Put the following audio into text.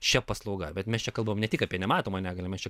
šia paslauga bet mes čia kalbam ne tik apie nematomą negalią mes čia